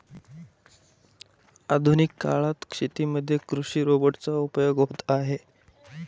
आधुनिक काळात शेतीमध्ये कृषि रोबोट चा उपयोग होत आहे